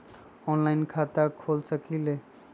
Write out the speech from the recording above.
Online खाता खोल सकलीह?